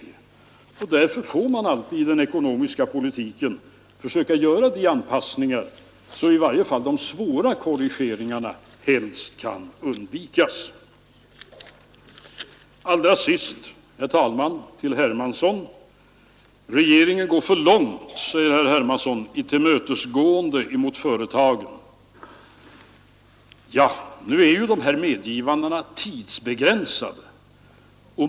Därför får 8 fiövember 1972 man alltid i den ekonomiska politiken försöka göra sådana anpassningar — att i varje fall de svåra korrigeringarna helst kan undvikas. Allra sist, herr talman, vill jag vända mig till herr Hermansson. Regeringen går för långt, säger herr Hermansson, i tillmötesgående mot företagen. Ja, nu är ju de medgivanden som gjorts tidsbegränsade.